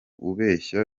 ubeshya